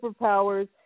superpowers